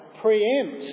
preempt